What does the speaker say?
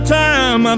time